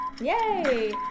Yay